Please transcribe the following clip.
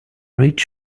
rich